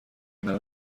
منو